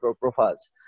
profiles